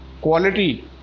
quality